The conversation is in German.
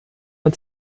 man